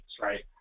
right